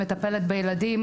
מטפלת בילדים,